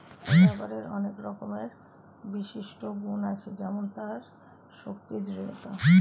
রাবারের অনেক রকমের বিশিষ্ট গুন্ আছে যেমন তার শক্তি, দৃঢ়তা